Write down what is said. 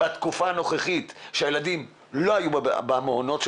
בתקופה הנוכחית שהילדים לא היו במעונות,